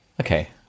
Okay